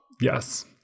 Yes